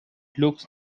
looks